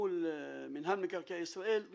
מול מנהל מקרקעי ישראל,